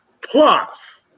plus